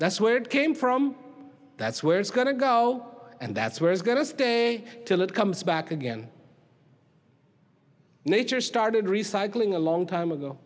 that's where it came from that's where it's going to go and that's where it's going to stay till it comes back again nature started recycling a long time ago